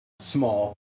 small